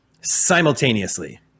simultaneously